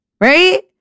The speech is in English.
Right